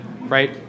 right